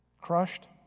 Crushed